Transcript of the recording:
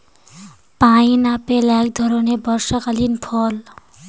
pineapple এক ধরণের বর্ষাকালীন ফল